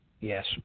Yes